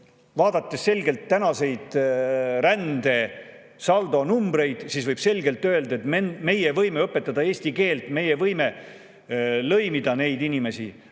Vaadates tänaseid rändesaldo numbreid, võib selgelt öelda, et meie võime õpetada eesti keelt, meie võime lõimida neid inimesi,